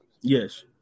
Yes